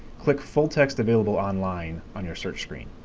click full text available online on your search screen.